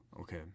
Okay